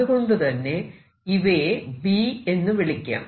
അതുകൊണ്ടുതന്നെ ഇവയെ B എന്ന് വിളിക്കാം